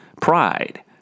pride